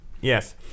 yes